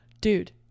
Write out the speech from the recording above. Dude